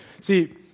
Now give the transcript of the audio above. See